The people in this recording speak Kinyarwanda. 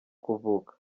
kuvuka